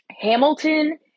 Hamilton